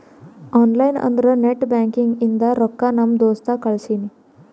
online ಅಂದುರ್ net banking ಇಂದ ರೊಕ್ಕಾ ನಮ್ ದೋಸ್ತ್ ಕಳ್ಸಿನಿ